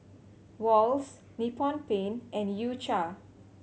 Wall's Nippon Paint and U Cha